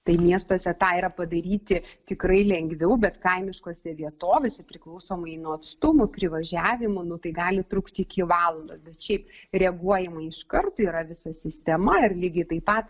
tai miestuose tą yra padaryti tikrai lengviau bet kaimiškose vietovėse priklausomai nuo atstumų privažiavimo nu tai gali trukti iki valandos bet šiaip reaguojama iškart yra visa sistema ir lygiai taip pat